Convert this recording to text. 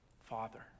Father